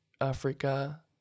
africa